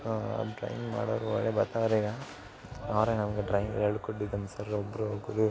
drawing ಮಾಡೋರು ಒಳ್ಳೆ ಬರ್ತಾರೆ ಈಗ ಅವ್ರೇ ನಮಗೆ ಡ್ರಾಯಿಂಗ್ ಹೇಳ್ಕೊಟ್ಟಿದ್ದೀನಿ ಸರ್ ಒಬ್ಬರು ಗುರು